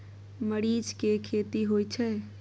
मरीच के खेती होय छय?